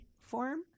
form